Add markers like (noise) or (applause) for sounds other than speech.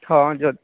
ହଁ (unintelligible)